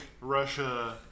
Russia